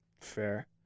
Fair